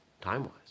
time-wise